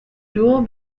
dual